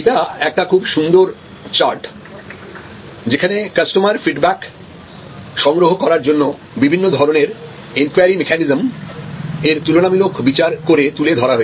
এটা একটা খুব সুন্দর চার্ট যেখানে কাস্টমার ফিডব্যাক সংগ্রহ করার জন্য বিভিন্ন ধরনের এনকোয়ারি মেকানিজম এর তুলনামূলক বিচার করে তুলে ধরা হয়েছে